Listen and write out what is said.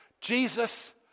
Jesus